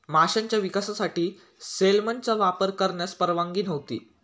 माशांच्या विकासासाठी सेलमनचा वापर करण्यास परवानगी नव्हती